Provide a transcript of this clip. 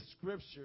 scripture